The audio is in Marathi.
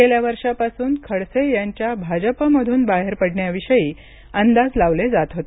गेल्या वर्षापासून खडसे यांच्या भाजपमधून बाहेर पडण्याविषयी अंदाज लावले जात होते